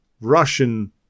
Russian